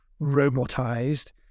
robotized